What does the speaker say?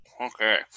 Okay